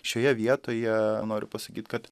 šioje vietoje noriu pasakyt kad